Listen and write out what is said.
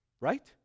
Right